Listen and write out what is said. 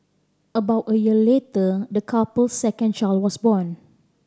about a year later the couple's second child was born